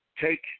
Take